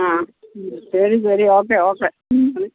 ആ ശരി ശരി ഓക്കേ ഓക്കേ